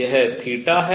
यह है